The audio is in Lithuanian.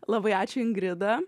labai ačiū ingrida